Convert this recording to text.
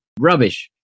Rubbish